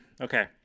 Okay